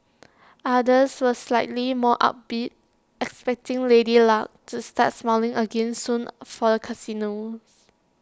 others were slightly more upbeat expecting lady luck to start smiling again soon for the casinos